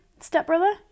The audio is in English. stepbrother